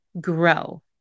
grow